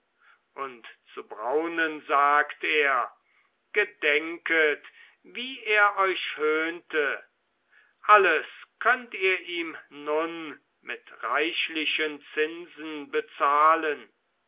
und zu braunen sagt er gedenket wie er euch höhnte alles könnt ihr ihm nun mit reichlichen zinsen bezahlen